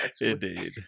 Indeed